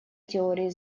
теории